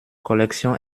collection